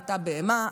אתה בהמה,